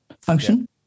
function